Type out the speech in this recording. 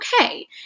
okay